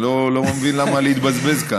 אני לא מבין למה להתבזבז כאן.